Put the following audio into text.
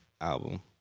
album